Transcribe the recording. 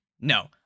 No